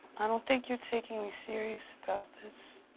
i don't think you're taking me serious about this.